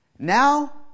Now